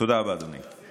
תודה רבה, אדוני.